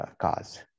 cars